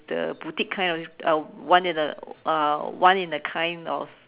the boutique kind all this one in a one in a kind of